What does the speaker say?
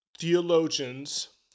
Theologians